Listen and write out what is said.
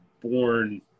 born